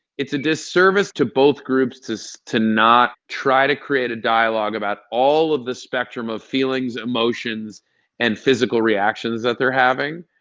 it's a disservice to both groups to so to not try to create a dialogue about all of the spectrum of feelings, emotions and physical reactions that they're having.